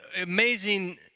amazing